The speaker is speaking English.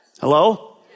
Hello